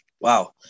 wow